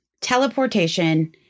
teleportation